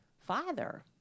father